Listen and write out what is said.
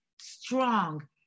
strong